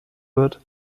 wird